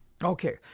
Okay